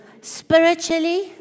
spiritually